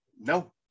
no